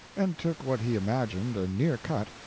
and took what he imagined a near cut,